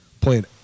playing